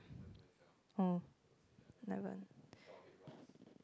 oh eleven